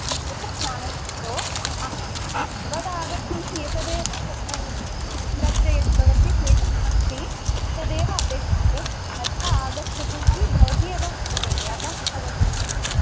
एतद् नास्ति भोः अहं सर्वदा आगच्छामि एतदेव दर्शयति भवती एतद् नास्ति एतदेव अपेक्षते तथा आगच्छतु इति भवती एव उक्तवती अतः आगतवती